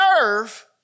nerve